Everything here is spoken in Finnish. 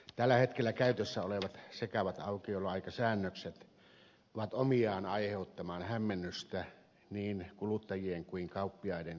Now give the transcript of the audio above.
tällä hetkellä käytössä olevat sekavat aukioloaikasäännökset ovat omiaan aiheuttamaan hämmennystä niin kuluttajien kuin kauppiaiden keskuudessa